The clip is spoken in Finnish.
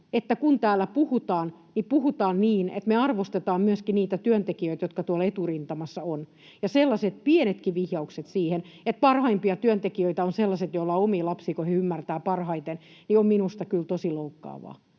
kun täällä puhutaan, puhutaan niin, että me arvostetaan myöskin niitä työntekijöitä, jotka tuolla eturintamassa ovat. Sellaiset pienetkin vihjaukset siihen, että parhaimpia työntekijöitä ovat sellaiset, joilla on omia lapsia, kun he ymmärtävät parhaiten, on minusta kyllä tosi loukkaavaa